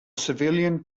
civilian